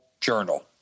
journal